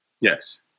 Yes